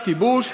לא רחוק